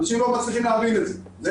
אנשים לא מצליחים להבין את זה,